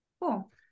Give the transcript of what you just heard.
Cool